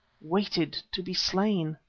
waited to be slain.